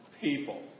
people